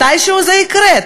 מתישהו זה יקרה.